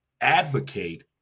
advocate